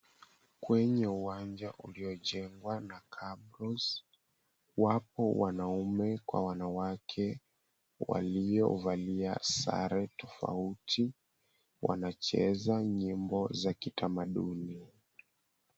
Kwenye uwanja uliojengwa na cabros , wapo wanaume kwa wanawake waliovalia sare tofauti. Wanacheza nyimbo za kitamaduni.